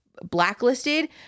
blacklisted